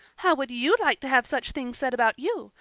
how would you like to have such things said about you?